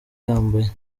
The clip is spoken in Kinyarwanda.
yambaye